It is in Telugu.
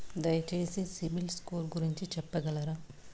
దయచేసి సిబిల్ స్కోర్ గురించి చెప్పగలరా?